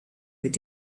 with